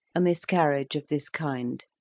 a miscarriage of this kind,